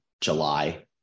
July